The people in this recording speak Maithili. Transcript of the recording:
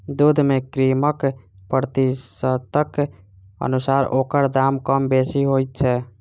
दूध मे क्रीमक प्रतिशतक अनुसार ओकर दाम कम बेसी होइत छै